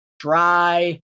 dry